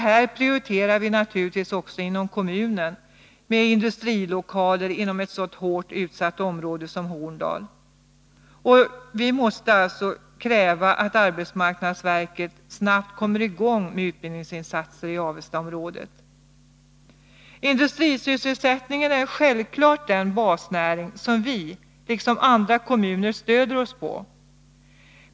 Här prioriterar vi naturligtvis också inom kommunen industrilokaler inom ett så hårt utsatt område som Horndal. Vi måste alltså kräva att arbetsmarknadsverket snabbt kommer i gång med utbildningsinsatser i Avestaområdet. Industrisysselsättningen är självfallet den basnäring som vi liksom andra stöder oss på.